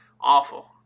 awful